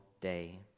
day